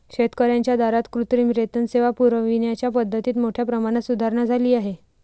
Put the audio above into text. शेतकर्यांच्या दारात कृत्रिम रेतन सेवा पुरविण्याच्या पद्धतीत मोठ्या प्रमाणात सुधारणा झाली आहे